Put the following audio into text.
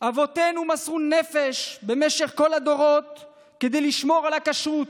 אבותינו מסרו נפש במשך כל הדורות כדי לשמור על הכשרות,